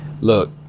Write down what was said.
Look